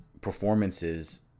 performances